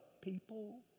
people